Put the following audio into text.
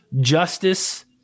justice